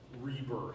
Rebirth